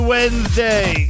Wednesday